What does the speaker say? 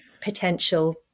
potential